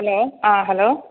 hello ആ hello